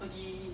pergi